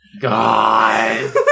God